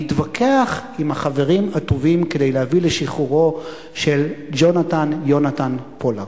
להתווכח עם החברים הטובים כדי להביא לשחרורו של ג'ונתן-יונתן פולארד.